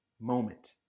moment